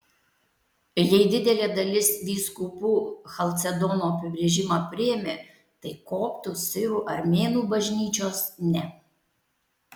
jei didelė dalis vyskupų chalcedono apibrėžimą priėmė tai koptų sirų armėnų bažnyčios ne